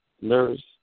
nurse